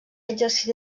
exercí